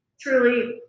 Truly